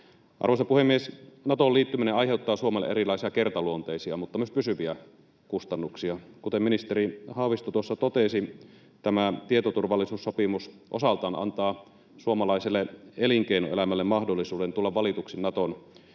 Arvoisa puhemies! Natoon liittyminen aiheuttaa Suomelle erilaisia kertaluonteisia mutta myös pysyviä kustannuksia. Kuten ministeri Haavisto tuossa totesi, tämä tietoturvallisuussopimus osaltaan antaa suomalaiselle elinkeinoelämälle mahdollisuuden tulla valituksi Naton